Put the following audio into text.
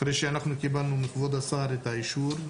אחרי שאנחנו קיבלנו מכבוד השר את האישור,